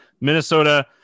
Minnesota